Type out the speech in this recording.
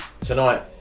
tonight